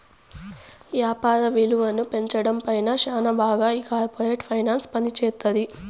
యాపార విలువను పెంచడం పైన శ్యానా బాగా ఈ కార్పోరేట్ ఫైనాన్స్ పనిజేత్తది